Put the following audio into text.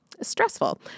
stressful